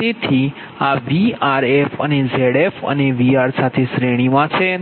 તેથી આ Vrf એ Zf અને Vr સાથે શ્રેણીમાં છે